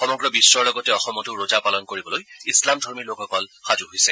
সমগ্ৰ বিশ্বৰ লগতে অসমতো ৰোজা পালন কৰিবলৈ ইছলাম ধৰ্মী লোকসকল সাজু হৈছে